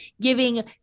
giving